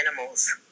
animals